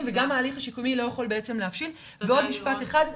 וגם ההליך השיקומי לא יכול ל- -- עוד משפט אחד.